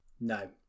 No